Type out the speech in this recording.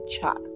chat